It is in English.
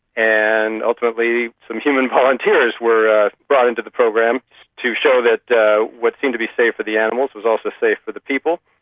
and ultimately some human volunteers were brought into the program to show that what seemed to be safe for the animals was also safe for the people.